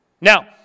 now